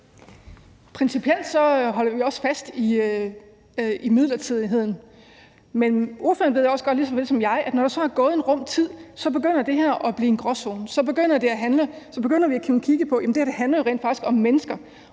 Principielt holder vi også fast i midlertidigheden, men spørgeren ved også godt lige såvel som jeg, at når der så er gået en rum tid, begynder det her at blive en gråzone. Så begynder vi at kunne kigge på, at det her rent faktisk handler om mennesker